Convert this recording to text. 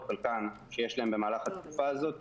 או חלקן שיש להם במהלך התקופה הזאת